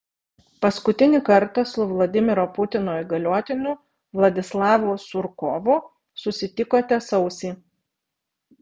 paskutinį kartą su vladimiro putino įgaliotiniu vladislavu surkovu susitikote sausį